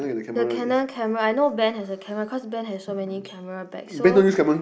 the Canon camera I know Ben has a camera cause Ben has so many camera bag so